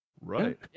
Right